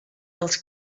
els